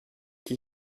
qui